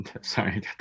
Sorry